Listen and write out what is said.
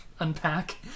unpack